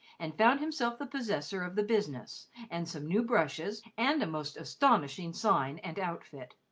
and found himself the possessor of the business and some new brushes and a most astonishing sign and outfit.